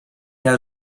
had